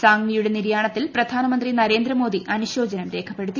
സാങ്വി യുടെ നിര്യാണത്തിൽ പ്രധാനമന്ത്രി നരേന്ദ്ര മോദി അനുശോചനം രേഖപ്പെടുത്തി